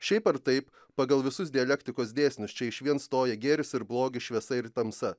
šiaip ar taip pagal visus dialektikos dėsnius čia išvien stoja gėris ir blogis šviesa ir tamsa